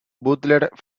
butler